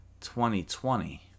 2020